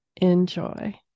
Enjoy